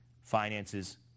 finances